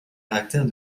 caractère